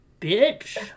bitch